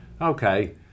okay